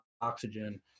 oxygen